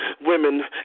women